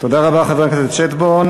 תודה רבה, חבר הכנסת שטבון.